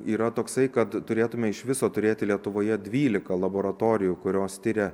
yra toksai kad turėtume iš viso turėti lietuvoje dvylika laboratorijų kurios tiria